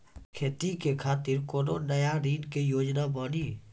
खेती के खातिर कोनो नया ऋण के योजना बानी?